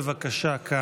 בבקשה,